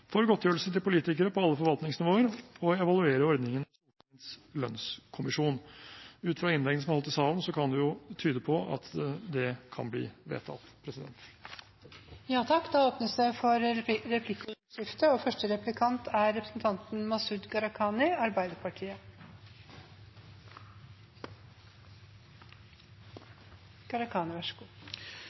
for godtgjørelse til politikere på alle forvaltningsnivåer og evaluere ordningen med Stortingets lønnskommisjon. Innleggene som er holdt i salen, tyder på at det kan bli vedtatt. Det blir replikkordskifte. For det første er jeg glad for at vårt forslag om frys av politikerlønninger på høyeste nivå nå har ført til at alle partier støtter lønnsfrys, men så